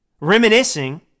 reminiscing